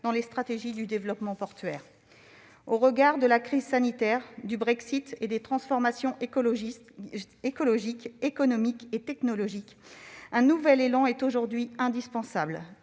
dans les stratégies de développement portuaire. Au regard de la crise sanitaire, du Brexit et des transformations écologiques, économiques et technologiques, un nouvel élan est aujourd'hui indispensable.